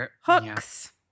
hooks